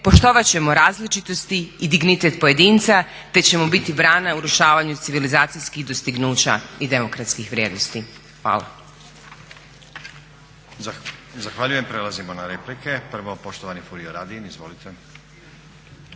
Poštovat ćemo različitosti i dignitet pojedinca, te ćemo biti brana urušavanju civilizacijskih dostignuća i demokratskih vrijednosti. Hvala.